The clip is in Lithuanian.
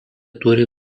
turi